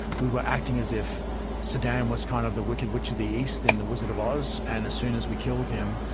we were acting as if saddam was kind of the wicked witch of the east in the wizard of oz, and as soon as we killed him,